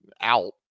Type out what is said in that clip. out